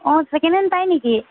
অঁ second hand পাই নেকি